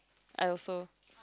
I also